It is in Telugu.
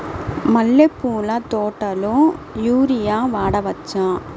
మల్లె పూల తోటలో యూరియా వాడవచ్చా?